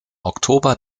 oktober